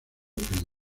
prince